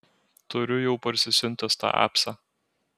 turiu jau parsisiuntęs tą apsą